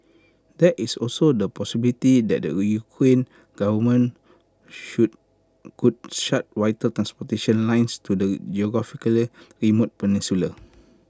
there is also the possibility that the Ukrainian government should could shut vital transportation lines to the geographically remote peninsula